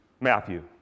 Matthew